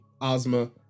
Ozma